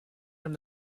from